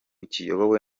kiyobowe